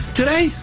today